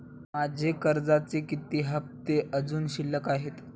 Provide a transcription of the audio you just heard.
माझे कर्जाचे किती हफ्ते अजुन शिल्लक आहेत?